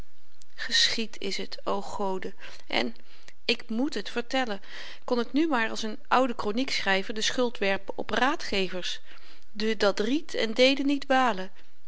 geschied is het o goden en ik moet het vertellen kon ik nu maar als n oude kroniekschryver de schuld werpen op raadgevers de dat riet en dede niet wale